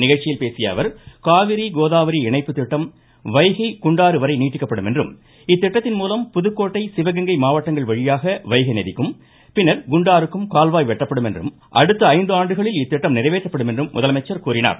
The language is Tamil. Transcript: நிகழ்ச்சியில் பேசிய அவர் காவிரி கோதாவரி இணைப்புத்திட்டம் வைகை குண்டாறுவரை நீட்டிக்கப்படும் என்றும் இத்திட்டத்தின்மூலம் புதுக்கோட்டை சிவகங்கை மாவட்டங்கள் வழியாக வைகை நதிக்கும் பின்னர் குண்டாறுக்கும் கால்வாய் வெட்டப்படும் என்றும் அடுத்த இந்து ஆண்டுகளில் இத்திட்டம் நிறைவேற்றப்படும் என்றும் முதலமைச்சர் கூறினார்